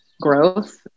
growth